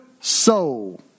soul